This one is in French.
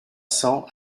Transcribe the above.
cents